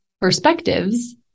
perspectives